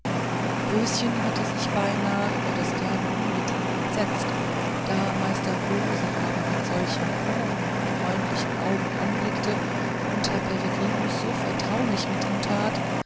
röschen hatte sich beinahe über das kleine ungetüm entsetzt da meister floh sie aber mit solchen klugen freundlichen augen anblickte und herr peregrinus so vertraulich mit ihm tat